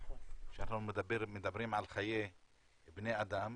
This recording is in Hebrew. אנחנו מדברים על חיי בני אדם,